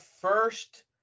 first